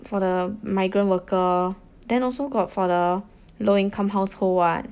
for the migrant worker then also got for the low income household [one]